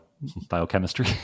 biochemistry